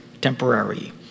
temporary